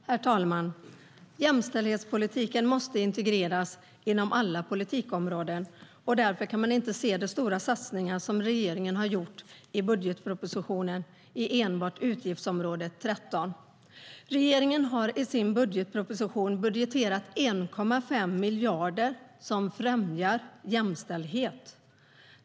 Herr talman! Jämställdhetspolitiken måste integreras inom alla politikområden. Därför kan man inte se de stora satsningar som regeringen har gjort i budgetpropositionen i enbart utgiftsområde 13. Regeringen har i sin budgetproposition budgeterat 1,5 miljarder som främjar jämställdhet.